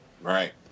Right